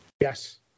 Yes